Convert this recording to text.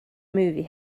movie